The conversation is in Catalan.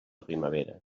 primavera